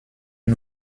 une